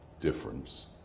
difference